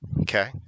Okay